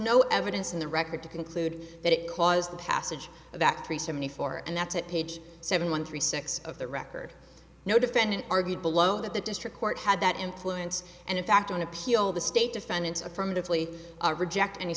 no evidence in the record to conclude that it caused the passage of act three seventy four and that's at page seven one three six of the record no defendant argued below that the district court had that influence and in fact on appeal the state defendants affirmatively reject any